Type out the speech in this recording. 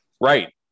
Right